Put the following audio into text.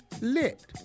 lit